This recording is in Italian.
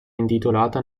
intitolata